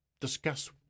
discuss